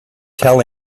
tell